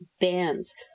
bands